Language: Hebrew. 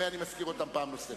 הרי אני מזכיר אתכם פעם נוספת.